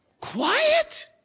Quiet